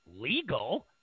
legal